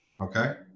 okay